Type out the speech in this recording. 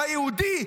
ביהודי,